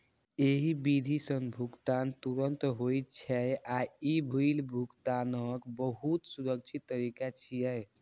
एहि विधि सं भुगतान तुरंत होइ छै आ ई बिल भुगतानक बहुत सुरक्षित तरीका छियै